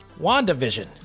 WandaVision